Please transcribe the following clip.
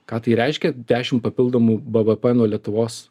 ką tai reiškia dešim papildomų bvp nuo lietuvos